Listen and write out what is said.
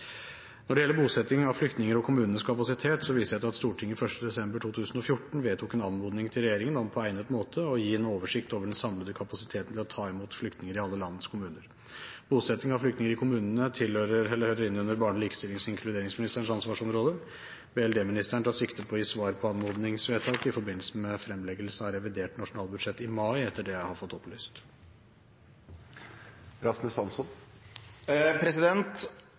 Når det gjelder bosetting av flyktninger og kommunenes kapasitet, viser jeg til at Stortinget 1. desember 2014 vedtok en anmodning til regjeringen om «på egnet måte å gi en oversikt over den samlede kapasiteten til å ta imot flyktninger i alle landets kommuner». Bosetting av flyktninger i kommunene hører inn under barne-, likestillings- og inkluderingsministerens ansvarsområde. Barne-, likestillings- og inkluderingsministeren tar sikte på å gi svar på anmodningsvedtak i forbindelse med fremleggelse av revidert nasjonalbudsjett i mai, etter det jeg har fått opplyst.